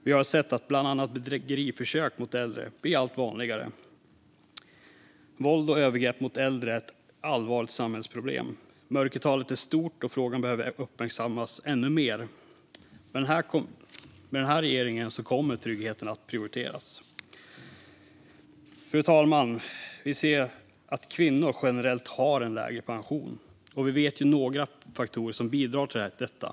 Man har sett att bland annat bedrägeriförsök mot äldre blir allt vanligare. Våld och övergrepp mot äldre är ett allvarligt samhällsproblem. Mörkertalet är stort och frågan behöver uppmärksammas ännu mer. Med den här regeringen kommer tryggheten att prioriteras. Fru talman! Kvinnor har generellt lägre pension. Vi vet några faktorer som bidrar till detta.